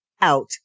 out